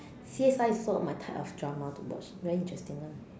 C_S_I is one of my type of drama to watch very interesting [one]